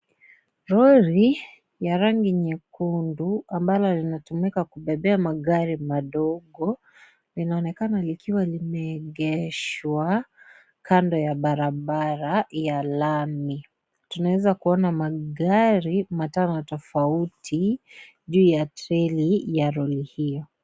Lori ya rangi nyekundu ambalo linatumika kubebea magari madogo, linaonekana likiwa limeegeshwa kando ya barabara ya lami, tunaweza kuona magari matano tofauti juu ya treli ya lori hiyo.